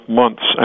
months